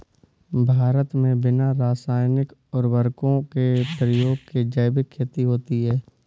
भारत मे बिना रासायनिक उर्वरको के प्रयोग के जैविक खेती होती है